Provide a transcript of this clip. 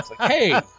Hey